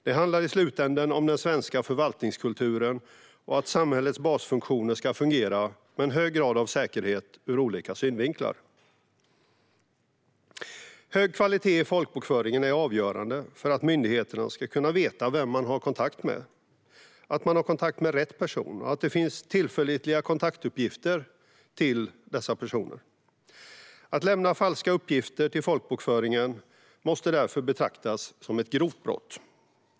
Det handlar i slutänden om den svenska förvaltningskulturen och att samhällets basfunktioner ska fungera med en hög grad av säkerhet ur olika synvinklar. Hög kvalitet i folkbokföringen är avgörande för att myndigheterna ska kunna veta vem de har kontakt med - att det är rätt person - och för att det ska finnas tillförlitliga kontaktuppgifter till dessa personer. Att lämna falska uppgifter till folkbokföringen måste därför betraktas som ett grovt brott.